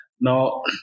Now